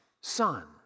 Son